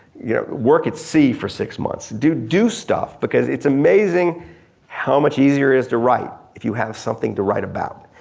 you know work at sea for six months. do do stuff because it's amazing how much easier it is to write if you have something to write about.